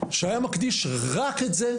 רק את זה.